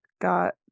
got